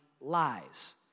lies